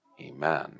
Amen